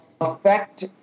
affect